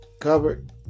covered